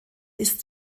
ist